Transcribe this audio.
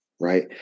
right